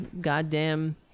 goddamn